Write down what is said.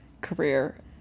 career